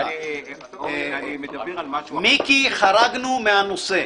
מיקי, חרגנו מהנושא.